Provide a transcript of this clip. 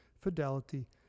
fidelity